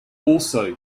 also